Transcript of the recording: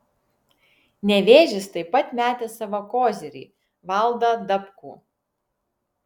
nevėžis taip pat metė savo kozirį valdą dabkų